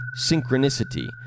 synchronicity